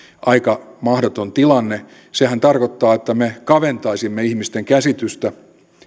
aika mahdoton tilanne sehän tarkoittaa että me kaventaisimme ihmisten käsitystä